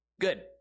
Good